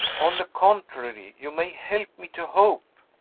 on the contrary, you may help me to hope.